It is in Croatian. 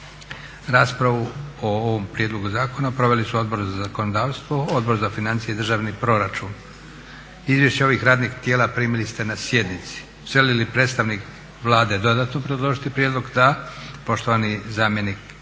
Raspravu o ovom prijedlogu zakona proveli su Odbor za zakonodavstvo, Odbor za financije i državni proračun. Izvješća ovih radnih tijela primili ste na sjednici. Želi li predstavnik Vlade dodatno obrazložiti prijedlog? Da. Poštovani zamjenik